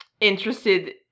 interested